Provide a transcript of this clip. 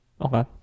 Okay